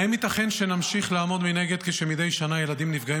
האם ייתכן שנמשיך לעמוד מנגד כשמדי שנה ילדים נפגעים